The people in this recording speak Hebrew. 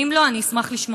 ואם לא, אשמח לשמוע.